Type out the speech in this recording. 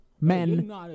men